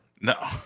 No